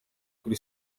kuri